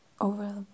over